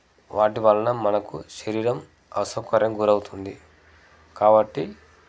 వాటి వలన మనకు శరీరం అసౌకర్యం గురవుతుంది కాబట్టి